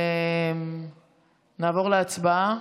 נעבור להצבעה.